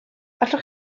allwch